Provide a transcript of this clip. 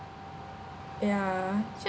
ya